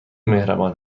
مهربان